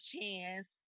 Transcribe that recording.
chance